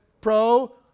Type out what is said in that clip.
Pro